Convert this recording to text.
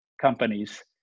companies